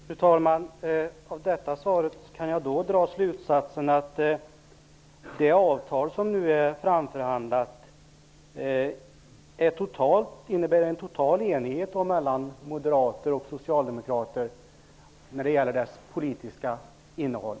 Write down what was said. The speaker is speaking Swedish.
Fru talman! Av det svaret kan jag dra slutsatsen att det avtal som nu är framförhandlat i varje punkt innebär en total enighet mellan moderater och socialdemokrater när det gäller dess politiska innehåll.